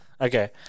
Okay